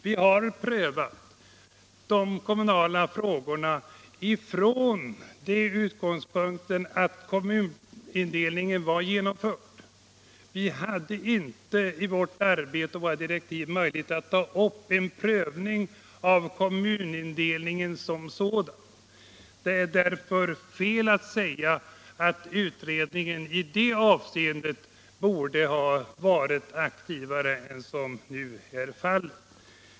Vi har prövat de kommunala frågorna med utgångspunkt i att kom munindelningen var genomförd. Vi hade enligt våra direktiv inte möjlighet att i vårt arbete ta upp en prövning av kommunindelningen som sådan. Det är därför fel att säga att utredningen i det avseendet borde ha varit aktivare än den har varit.